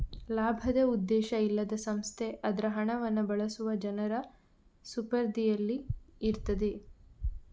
ಲಾಭದ ಉದ್ದೇಶ ಇಲ್ಲದ ಸಂಸ್ಥೆ ಅದ್ರ ಹಣವನ್ನ ಬಳಸುವ ಜನರ ಸುಪರ್ದಿನಲ್ಲಿ ಇರ್ತದೆ